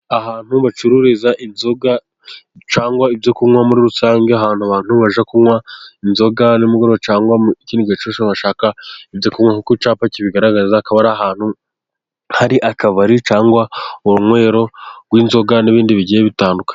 Ahantu bacururiza inzoga, cyangwa ibyo kunywa muri rusange, ahantu abantu bajya kunywa inzoga ni mugoroba, cyangwa ikindi gihe cyose bashaka kunywa, nk'uko icyapa kibigaragaza, akaba ari ahantu hari akabari, cyangwa urunywero rw'inzoga, n'ibindi bigiye bitandukanye.